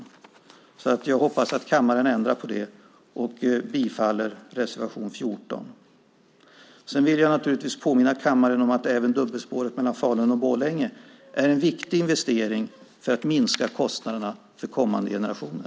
Jag hoppas att kammaren ändrar på det och bifaller reservation 14. Sedan vill jag naturligtvis påminna kammaren om att även dubbelspåret mellan Falun och Borlänge är en viktig investering för att minska kostnaderna för kommande generationer.